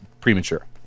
premature